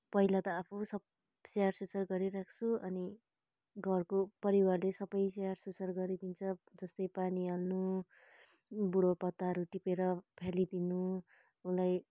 पहिला त आफू सब स्याहार सुसार गरिराख्छु अनि घरको परिवारले सबै स्याहार सुसार गरिदिन्छ जस्तै पानी हाल्नु बुढो पत्ताहरू टिपेर फ्यालिदिनु उसलाई